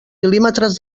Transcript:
mil·límetres